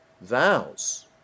Vows